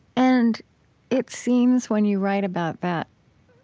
and it seems when you write about that,